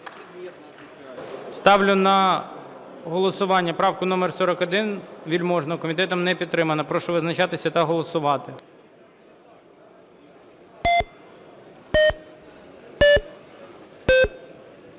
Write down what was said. Ставлю на голосування правку номер 41 Вельможного. Комітетом не підтримана. Прошу визначатися та голосувати.